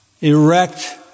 erect